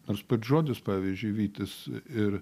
nors pats žodis pavyzdžiui vytis ir